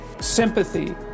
sympathy